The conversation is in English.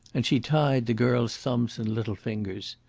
and she tied the girl's thumbs and little fingers.